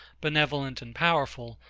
benevolent, and powerful,